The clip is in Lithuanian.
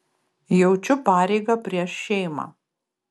jaučiu pareigą prieš šeimą